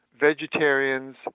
vegetarians